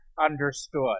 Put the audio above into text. understood